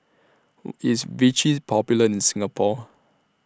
IS Vichy Popular in Singapore